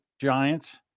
Giants